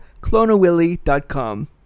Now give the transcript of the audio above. Clonawilly.com